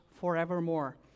forevermore